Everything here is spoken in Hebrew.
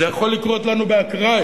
זה יכול לקרות לנו באקראי,